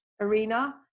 arena